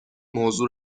موضوع